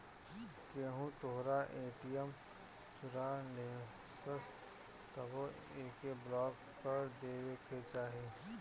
केहू तोहरा ए.टी.एम चोरा लेहलस तबो एके ब्लाक कर देवे के चाही